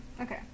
Okay